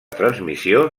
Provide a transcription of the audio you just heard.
transmissió